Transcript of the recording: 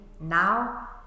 Now